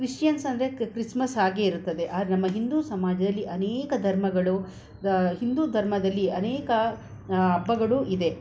Christians ಅಂದರೆ Christmas ಹಾಗೆ ಇರುತ್ತದೆ ಆದ್ರೆ ನಮ್ಮ ಹಿಂದೂ ಸಮಾಜದಲ್ಲಿ ಅನೇಕ ಧರ್ಮಗಳು ಹಿಂದೂ ಧರ್ಮದಲ್ಲಿ ಅನೇಕ ಹಬ್ಬಗಳೂ ಇದೆ